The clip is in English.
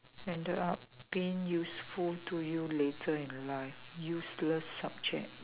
ended up being useful to you later in life useless subject